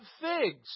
figs